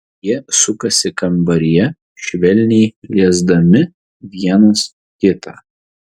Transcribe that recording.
jie sukasi kambaryje švelniai liesdami vienas kitą